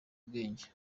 ubwenge